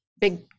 big